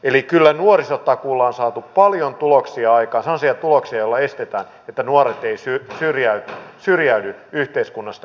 eli kyllä nuorisotakuulla on saatu paljon tuloksia aikaan semmoisia tuloksia joilla estetään että nuoret eivät syrjäydy yhteiskunnasta ja työelämästä